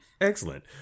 Excellent